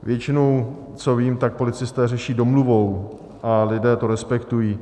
Většinou, co vím, tak policisté řeší domluvou a lidé to respektují.